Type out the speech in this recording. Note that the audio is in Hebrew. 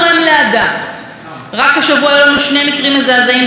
של עליזה שפק ואנגווץ וואסה,